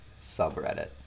subreddit